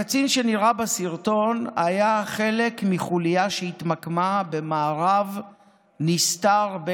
הקצין שנראה בסרטון היה חלק מהחוליה שהתמקמה במארב נסתר,